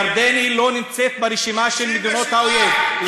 ירדן לא נמצאת ברשימה של מדינות האויב.